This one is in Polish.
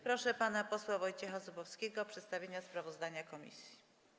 Proszę pana posła Wojciecha Zubowskiego o przedstawienie sprawozdania komisji.